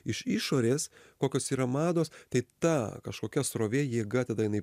iš išorės kokios yra mados tai ta kažkokia srovė jėga tada jinai